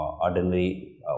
ordinary